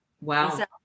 Wow